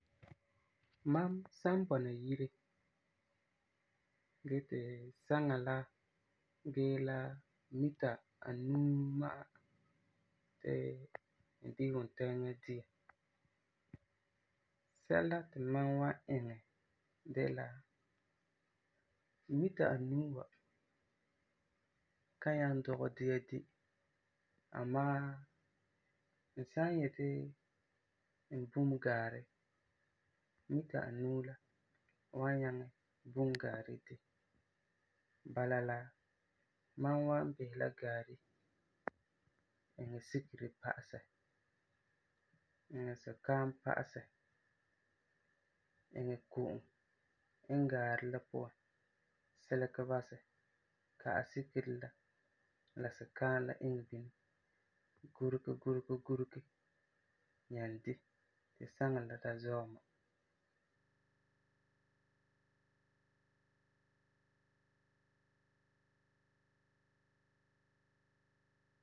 Mam san bɔna yire gee ti saŋa la gee la mita anuu ma'a ti n di wuntɛɛŋa dia, sɛla ti mam wan iŋɛ de la, mita anuu wa kan nyaŋɛ dugɛ dia di amaa n san yeti n bum gaari, mita anuu la wan nyaŋɛ bum gaari di, bala la mam wan bisɛ gaari, iŋɛ sikeri pa'asɛ, iŋɛ sukaam pa'asɛ, iŋɛ ko'om iŋɛ gaari la puan, silegɛ basɛ, ka'ɛ sikeri la, la sukaam la iŋɛ bini, gurege gurege gurege, nyaa di ti saŋa la ka zɔɛ mam.